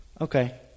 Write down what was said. okay